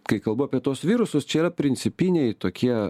kai kalbu apie tuos virusus čia yra principiniai tokie